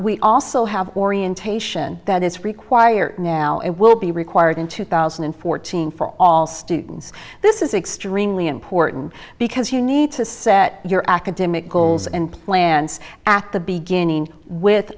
we also have orientation that is required now it will be required in two thousand and fourteen for all students this is extremely important because you need to set your academic goals and plans at the beginning with